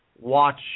watch